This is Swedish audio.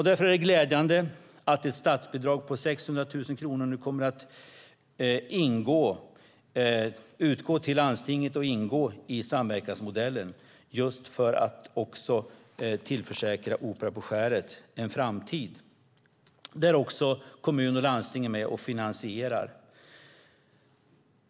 Därför är det glädjande att ett statsbidrag på 600 000 kronor nu kommer att utgå till landstinget och ingå i samverkansmodellen för att tillförsäkra Opera på Skäret en framtid där också kommun och landsting är med och finansierar.